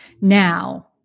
Now